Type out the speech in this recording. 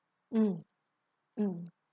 mm mm